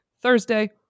Thursday